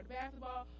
basketball